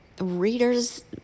readers